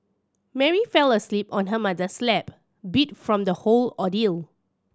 Mary fell asleep on her mother's lap beat from the whole ordeal